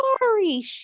sorry